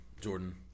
Jordan